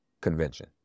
Convention